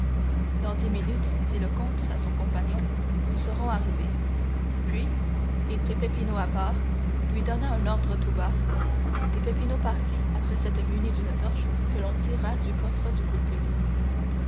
dans dix minutes dit le comte à son compagnon nous serons arrivés puis il prit peppino à part lui donna un ordre tout bas et peppino partit après s'être muni d'une torche que l'on tira du coffre du coupé